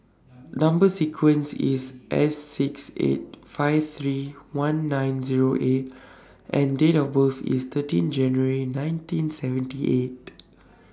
Number sequence IS S six eight five three one nine Zero A and Date of birth IS thirteen January nineteen seventy eight